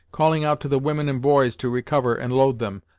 calling out to the women and boys to recover and load them,